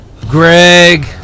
Greg